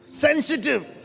Sensitive